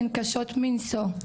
הן קשות מנשוא,